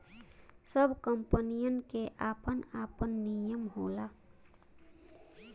सब कंपनीयन के आपन आपन नियम होला